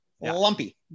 Lumpy